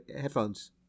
headphones